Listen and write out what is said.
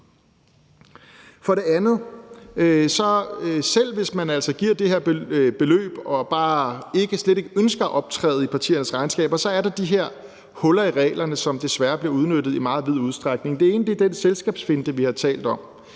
selv hvis man altså giver det her beløb og bare slet ikke ønsker at optræde i partiernes regnskaber, er der de her huller i reglerne, som desværre bliver udnyttet i meget vid udstrækning. Det ene er den selskabsfinte, vi har talt om.